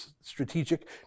strategic